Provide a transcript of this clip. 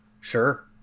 Sure